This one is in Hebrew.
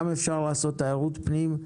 גם אפשר לעשות תיירות פנים,